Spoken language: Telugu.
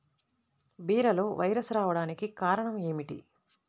బీరలో వైరస్ రావడానికి కారణం ఏమిటి?